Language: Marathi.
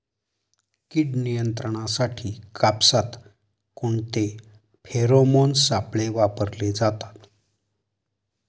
कीड नियंत्रणासाठी कापसात कोणते फेरोमोन सापळे वापरले जातात?